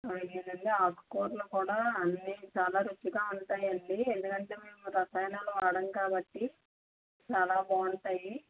సరేనండి ఆకుకూరలు కూడా అన్నీ చాలా రుచిగా ఉంటాయండి ఎందుకంటే మేము రసాయనాలు వాడం కాబట్టి చాలా బాగుంటాయి